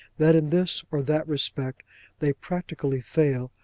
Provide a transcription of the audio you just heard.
that in this or that respect they practically fail,